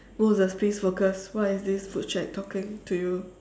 moses please focus what is this talking to you